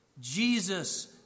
Jesus